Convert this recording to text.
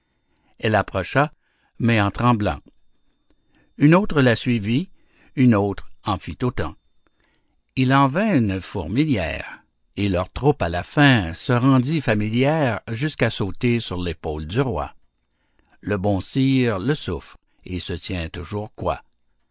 elle approcha mais en tremblant une autre la suivit une autre en fit autant il en vint une fourmilière et leur troupe à la fin se rendit familière jusqu'à sauter sur l'épaule du roi le bon sire le souffre et se tient toujours coi